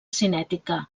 cinètica